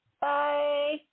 Bye